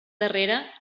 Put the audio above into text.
darrera